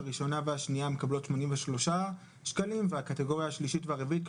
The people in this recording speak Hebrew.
הראשונה והשנייה מקבלות 83 שקלים והקטגוריה השלישית והרביעית,